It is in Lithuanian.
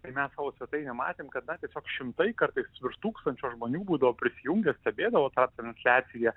matėm tiesiog šimtai kartais virš tūkstančio žmonių būdavo prisijungę stebėdavo tą transliaciją